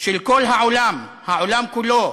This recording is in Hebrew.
של העולם כולו,